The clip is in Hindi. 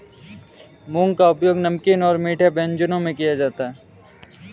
मूंग का उपयोग नमकीन और मीठे व्यंजनों में किया जाता है